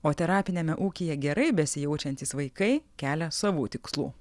o terapiniame ūkyje gerai besijaučiantys vaikai kelia savų tikslų